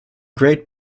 great